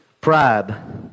pride